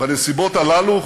בנסיבות הללו,